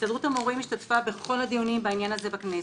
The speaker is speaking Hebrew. הסתדרות המורים השתתפה בכל הדיונים בעניין הזה בכנסת,